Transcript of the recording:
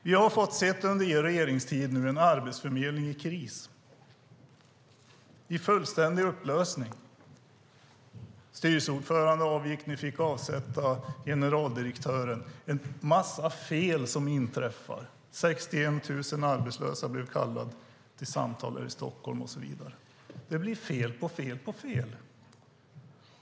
Vi har under Alliansens regeringstid fått se en arbetsförmedling i kris, i fullständig upplösning. Styrelseordföranden avgick, man fick avsätta generaldirektören, en massa fel har inträffat; 61 000 arbetslösa blev kallade till samtal i Stockholm och så vidare. Det blir fel på fel på fel.